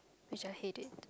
which I hate it